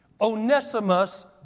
Onesimus